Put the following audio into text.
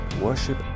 worship